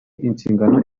inshingano